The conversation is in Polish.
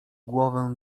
głowę